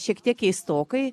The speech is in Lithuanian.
šiek tiek keistokai